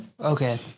Okay